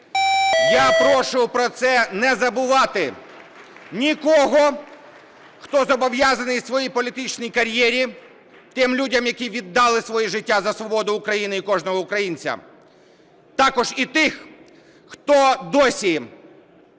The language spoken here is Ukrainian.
Я прошу про це не забувати нікого, хто зобов'язаний своєю політичною кар'єрою тим людям, які віддали своє життя за свободу України і кожного українця, також і тих, хто досі